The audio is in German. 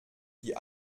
die